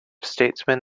statesman